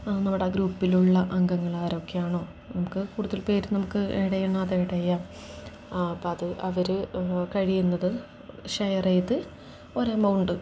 നാം നമ്മുടെ ഗ്രൂപ്പിലുള്ള അംഗങ്ങളാരൊക്കെയാണോ നമുക്ക് കൂടുതൽ പേർ നമുക്ക് ആഡ് ചെയ്യണോ അത് ആഡ് ചെയ്യാം അപ്പം അത് അവർ കഴിയുന്നത് ഷെയർ ചെയ്ത് ഒരമൗണ്ട്